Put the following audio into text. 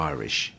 Irish